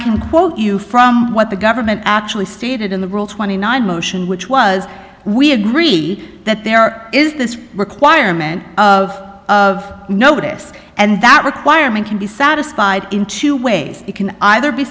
quote you from what the government actually stated in the rule twenty nine motion which was we agreed that there is this requirement of of notice and that requirement can be satisfied in two ways it can either be